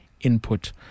input